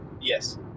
Yes